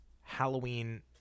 Halloween